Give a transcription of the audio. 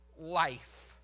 life